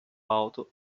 alto